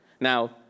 Now